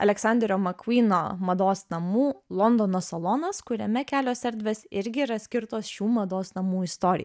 aleksanderio makvyno mados namų londono salonas kuriame kelios erdvės irgi yra skirtos šių mados namų istorijai